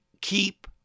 Keep